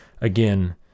again